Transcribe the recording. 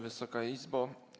Wysoka Izbo!